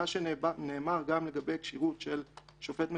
מה שנאמר גם לגבי כשירות של שופט מחוזי,